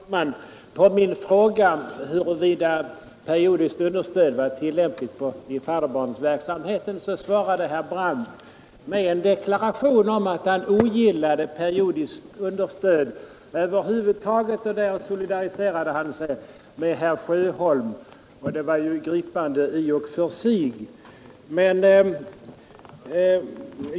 Herr talman! På min fråga huruvida periodiskt understöd var tillämpligt på fadderbarnsverksamheten svarade herr Brandt med en deklaration om att han ogillade periodiskt understöd över huvud taget; han solidariserade sig där med herr Sjöholm, och det var ju gripande i och för sig.